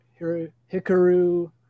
Hikaru –